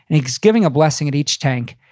and he's giving a blessing at each tank.